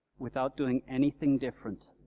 without doing anything different,